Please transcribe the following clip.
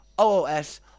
OOS